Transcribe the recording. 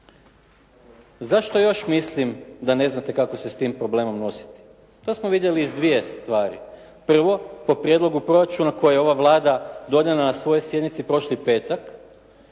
Zašto još mislim da ne znate kako se s tim problemom nositi? To smo vidjeli iz dvije stvari. Prvo po prijedlogu proračuna koje je ova Vlada donijela na svojoj sjednici prošli petak.